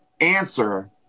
answer